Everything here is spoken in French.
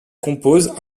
composent